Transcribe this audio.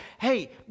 Hey